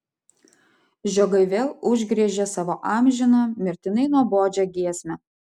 žiogai vėl užgriežė savo amžiną mirtinai nuobodžią giesmę